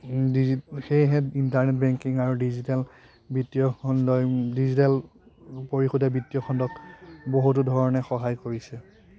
ডিজি সেয়েহে internet banking আৰু digital বৃত্তীয় খণ্ডই ডিজিটেল পৰিশোধে বৃত্তীয় খণ্ডক বহুতো ধৰণে সহায় কৰিছে